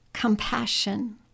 Compassion